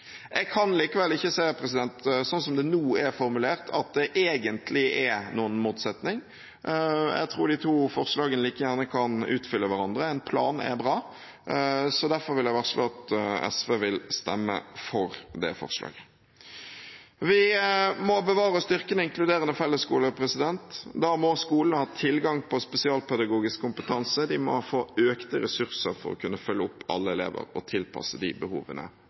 Jeg kan likevel ikke se, sånn som det nå er formulert, at det egentlig er noen motsetning. Jeg tror de to forslagene like gjerne kan utfylle hverandre. En plan er bra. Derfor vil jeg varsle at SV vil stemme for det forslaget. Vi må bevare og styrke en inkluderende fellesskole. Da må skolene ha tilgang på spesialpedagogisk kompetanse. De må få økte ressurser for å kunne følge opp alle elever og tilpasse de behovene